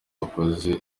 wakoze